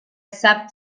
sap